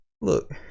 look